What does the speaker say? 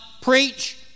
preach